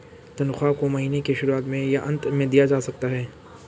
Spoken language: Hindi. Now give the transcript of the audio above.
तन्ख्वाह को महीने के शुरुआत में या अन्त में दिया जा सकता है